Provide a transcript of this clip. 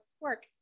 work